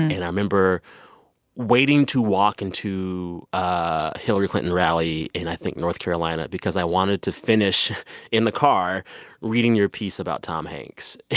i remember waiting to walk into a hillary clinton rally in, i think, north carolina because i wanted to finish in the car reading your piece about tom hanks.